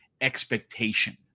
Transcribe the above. expectation